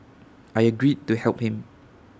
I agreed to help him